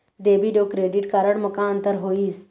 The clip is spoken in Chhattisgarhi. डेबिट अऊ क्रेडिट कारड म का अंतर होइस?